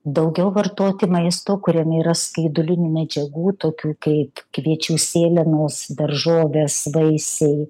daugiau vartoti maisto kuriame yra skaidulinių medžiagų tokių kaip kviečių sėlenos daržovės vaisiai